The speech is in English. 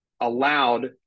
allowed